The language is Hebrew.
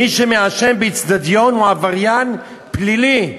מי שמעשן באיצטדיון הוא עבריין פלילי?